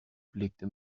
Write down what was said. blickte